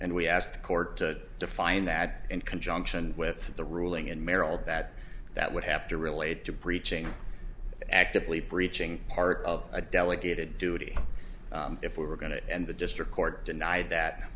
and we asked the court to define that in conjunction with the ruling in maryland that that would have to relate to breaching actively breaching part of a delegated duty if we were going to and the district court denied that